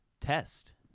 Test